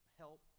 help